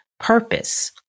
Purpose